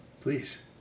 Please